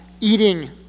eating